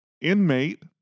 inmate